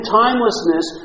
timelessness